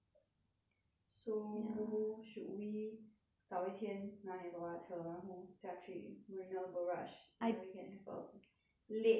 so should we 找一天拿你爸爸的车然后驾去 marina barrage then we can have a late night picnic